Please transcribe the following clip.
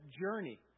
journey